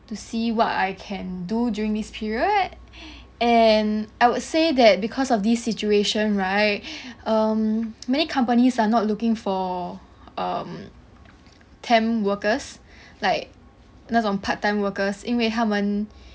to see what I can do during this period and I would say that because of this situation right um many companies are not looking for um temp workers like 那种 part time workers 因为他们